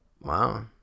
Wow